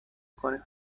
کنیم